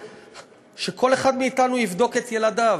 שכל אחד מאתנו יבדוק את ילדיו.